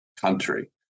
country